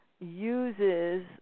uses